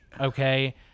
Okay